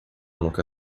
nunca